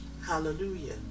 hallelujah